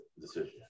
decision